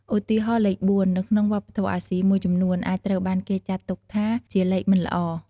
ឧទាហរណ៍ លេខ ៤ នៅក្នុងវប្បធម៌អាស៊ីមួយចំនួនអាចត្រូវបានគេចាត់ទុកថាជាលេខមិនល្អ។